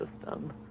system